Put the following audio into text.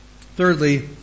Thirdly